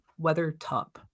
Weathertop